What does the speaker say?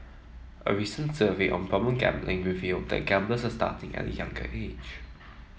a recent survey on problem gambling revealed that gamblers are starting at a younger age